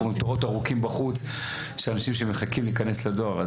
ארוכים בחוץ של אנשים שמחכים להיכנס לדואר.